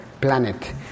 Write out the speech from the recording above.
planet